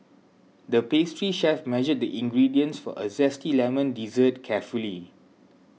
the pastry chef measured the ingredients for a Zesty Lemon Dessert carefully